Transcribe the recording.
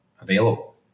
available